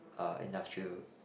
uh industrial